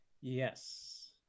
Yes